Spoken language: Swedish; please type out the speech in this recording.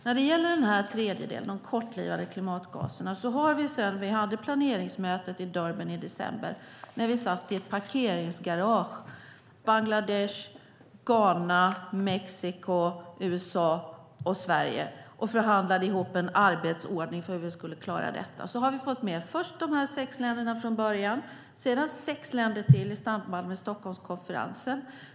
Vid planeringsmötet i Durban i december satt Bangladesh, Ghana, Mexiko, USA och Sverige i ett parkeringsgarage och förhandlade ihop en arbetsordning för hur vi skulle klara detta. Vi har fått med först sex länder från början, sedan sex länder till i samband med Stockholmskonferensen.